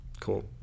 Cool